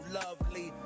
lovely